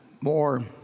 more